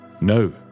No